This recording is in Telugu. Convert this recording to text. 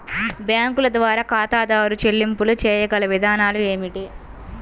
బ్యాంకుల ద్వారా ఖాతాదారు చెల్లింపులు చేయగల విధానాలు ఏమిటి?